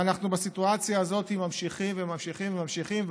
ואנחנו בסיטואציה הזאת ממשיכים וממשיכים וממשיכים,